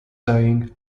saying